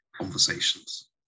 conversations